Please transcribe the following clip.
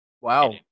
Wow